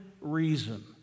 reason